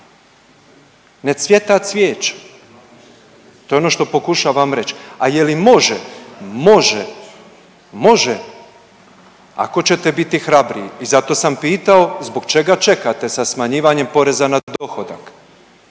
Ne cvjeta cvijeće, to je ono što pokušavam reć. A je li može? Može, može ako ćete biti hrabriji. I zato sam pitao zbog čega čekate sa smanjivanjem poreza na dohodak?